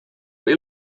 või